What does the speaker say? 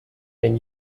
been